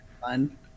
fun